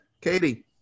Katie